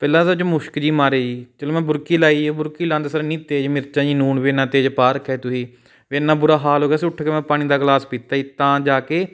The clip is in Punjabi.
ਪਹਿਲਾਂ ਤਾਂ ਉ ਚੋਂ ਮੁਸ਼ਕ ਜੀ ਮਾਰੇ ਜੀ ਚਲੋ ਮੈਂ ਬੁਰਕੀ ਲਾਈ ਬੁਰਕੀ ਲਾਂਦੇ ਸਾਰ ਇੰਨੀ ਤੇਜ਼ ਮਿਰਚਾਂ ਜੀ ਨੂਣ ਵੀ ਇੰਨਾ ਤੇਜ਼ ਪਾ ਰੱਖਿਆ ਤੁਸੀਂ ਵੀ ਐਨਾਂ ਬੁਰਾ ਹਾਲ ਹੋ ਗਿਆ ਸੀ ਉੱਠ ਕੇ ਮੈਂ ਪਾਣੀ ਦਾ ਗਲਾਸ ਪੀਤਾ ਜੀ ਤਾਂ ਜਾ ਕੇ